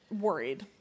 worried